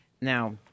Now